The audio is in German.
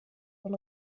von